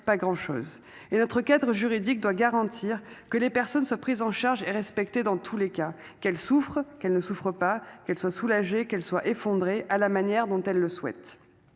pas chose et notre cadre juridique doit garantir que les personnes soient prises en charge et respecté dans tous les cas qu'elle souffre qu'elle ne souffre pas qu'elle soit soulagée qu'elle soit effondré à la manière dont elles le souhaitent.